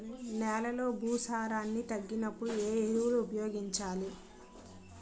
నెలలో భూసారాన్ని తగ్గినప్పుడు, ఏ ఎరువులు ఉపయోగించాలి?